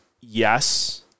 yes